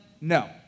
No